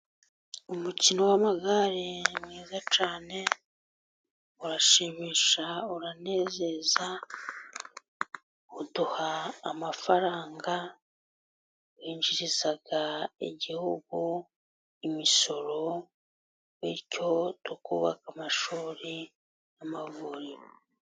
Umukino w'amagare ni mwiza cyane urashimisha, uranezeza, uduha amafaranga, winjiriza igihugu imisoro, bityo tukubaka amashuri n'amavuriro.